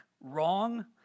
wrong